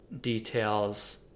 details